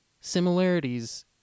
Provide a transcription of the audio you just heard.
similarities